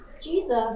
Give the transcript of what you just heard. Jesus